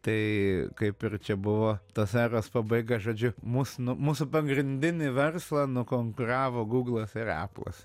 tai kaip ir čia buvo tos eros pabaiga žodžiu mus nu mūsų pagrindinį verslą nukonkuravo gūglas ir eplas